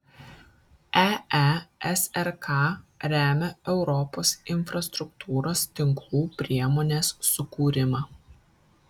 eesrk remia europos infrastruktūros tinklų priemonės sukūrimą